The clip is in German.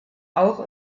auch